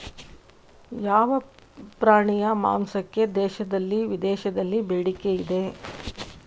ಯಾವ ಪ್ರಾಣಿಯ ಮಾಂಸಕ್ಕೆ ದೇಶದಲ್ಲಿ ವಿದೇಶದಲ್ಲಿ ಬೇಡಿಕೆ ಇದೆ?